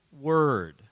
word